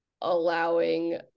allowing